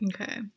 Okay